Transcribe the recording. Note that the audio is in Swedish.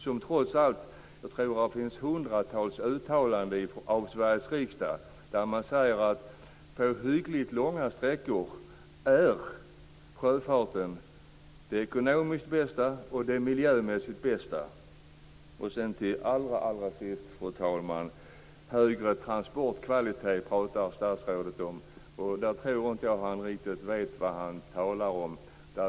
Jag tror att det finns hundratals uttalanden från Sveriges riksdag om att på hyggligt långa sträckor är sjöfarten det ekonomiskt och miljömässigt bästa alternativet. Fru talman! Statsrådet pratar om högre transportkvalitet. Jag tror inte att han riktigt vet vad han talar om.